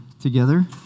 together